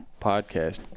podcast